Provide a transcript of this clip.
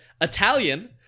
Italian